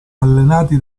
allenati